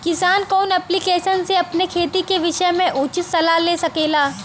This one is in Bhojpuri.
किसान कवन ऐप्लिकेशन से अपने खेती के विषय मे उचित सलाह ले सकेला?